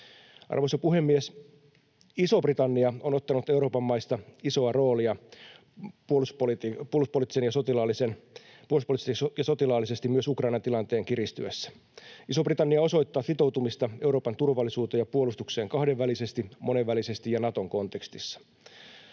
Euroopan maista Iso-Britannia on ottanut isoa roolia puolustuspoliittisesti ja sotilaallisesti myös Ukrainan tilanteen kiristyessä. Iso-Britannia osoittaa sitoutumista Euroopan turvallisuuteen ja puolustukseen kahdenvälisesti, monenvälisesti ja Naton kontekstissa.